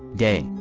day,